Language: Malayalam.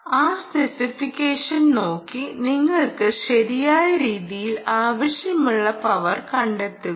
ആ സ്പെസിഫിക്കേഷൻ നോക്കി നിങ്ങൾക്ക് ശരിയായ രീതിയിൽ ആവശ്യമുള്ള പവർ കണ്ടെത്തുക